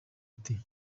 ati